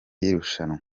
y’irushanwa